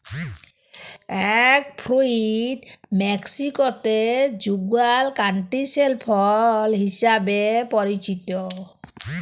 egg fruit মেক্সিকোতে যুগাল canistel ফল হিসেবে পরিচিত